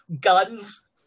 Guns